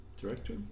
director